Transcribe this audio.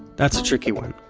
that's a tricky one.